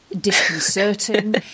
disconcerting